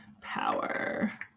power